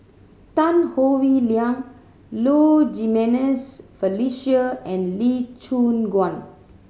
Tan Howe Liang Low Jimenez Felicia and Lee Choon Guan